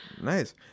nice